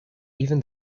even